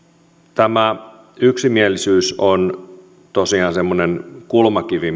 tämä yksimielisyys on tosiaan semmoinen kulmakivi